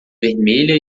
vermelha